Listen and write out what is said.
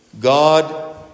God